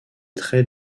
très